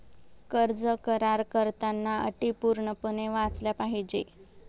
कर्ज करार करताना अटी पूर्णपणे वाचल्या पाहिजे